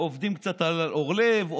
עובדים קצת על אורלב,